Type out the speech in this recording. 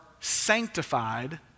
sanctified